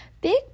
Big